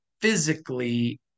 physically